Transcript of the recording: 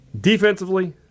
Defensively